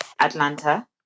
Atlanta